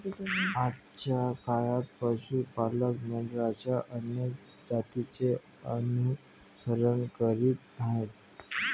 आजच्या काळात पशु पालक मेंढरांच्या अनेक जातींचे अनुसरण करीत आहेत